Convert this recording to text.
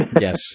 Yes